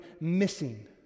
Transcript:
missing